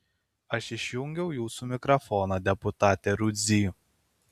aš išjungiau jūsų mikrofoną deputate rudzy